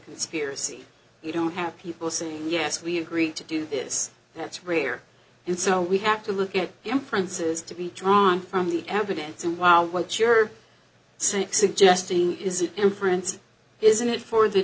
conspiracy you don't have people saying yes we agreed to do this that's rare and so we have to look at him princes to be drawn from the evidence and wow what you're sick suggesting is it in print isn't it for the